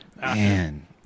Man